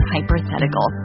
Hypothetical